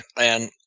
And-